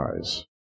eyes